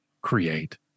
create